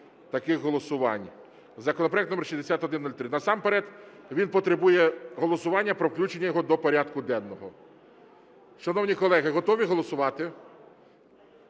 таких голосувань. Законопроект № 6103, насамперед він потребує голосування про включення його до порядку денного. Шановні колеги, готові голосувати?